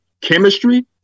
chemistry